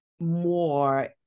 more